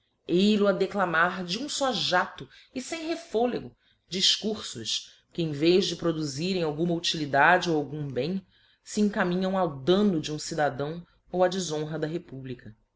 eil-o a declamar de um fó jaélo e fem reffolego difcurfos que em vez de produzirem alguma utilidade ou algum bem fe encaminham ao damno de um cidadão ou á defhonra da republica